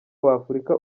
w’afurika